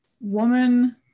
woman